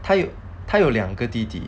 他有他有两个弟弟